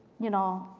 you know,